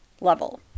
level